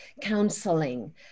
counseling